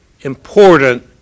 important